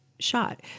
shot